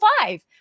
five